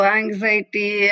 anxiety